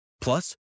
Plus